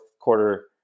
quarter